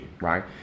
right